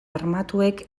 armatuek